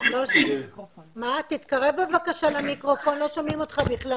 למה שהיא אמרה בהקשר של הנושא של המשרות בעיריות,